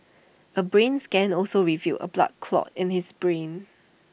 A brain scan also revealed A blood clot in his brain